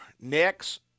Next